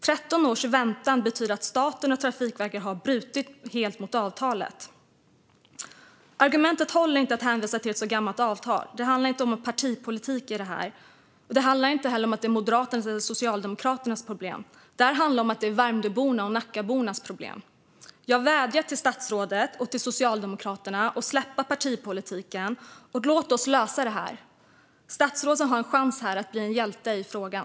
13 års väntan betyder att staten och Trafikverket har brutit mot avtalet. Att hänvisa till ett så gammalt avtal håller inte som argument. Det handlar inte om partipolitik. Det handlar inte heller om huruvida det är Moderaternas eller Socialdemokraternas problem. Det här handlar om att det är Värmdöbornas och Nackabornas problem. Jag vädjar till statsrådet och till Socialdemokraterna att släppa partipolitiken. Låt oss lösa det här! Statsrådet har här en chans att bli hjälte i frågan.